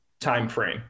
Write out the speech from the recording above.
timeframe